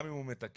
גם אם הוא מתקן.